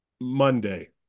Monday